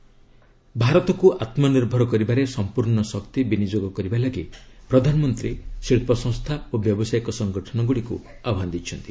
PM industries ଭାରତକୁ ଆତ୍ମନିର୍ଭର କରିବାରେ ସମ୍ପର୍ଣ୍ଣ ଶକ୍ତି ବିନିଯୋଗ କରିବା ଲାଗି ପ୍ରଧାନମନ୍ତ୍ରୀ ଶିଳ୍ପ ସଂସ୍କା ଓ ବ୍ୟବସାୟିକ ସଙ୍ଗଠନଗ୍ରଡ଼ିକ୍ ଆହ୍ବାନ ଦେଇଛନ୍ତି